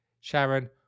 Sharon